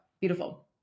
Beautiful